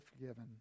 forgiven